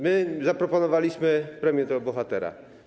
My zaproponowaliśmy premię dla bohatera.